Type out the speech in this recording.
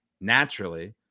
naturally